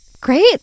Great